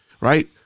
right